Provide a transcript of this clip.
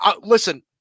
Listen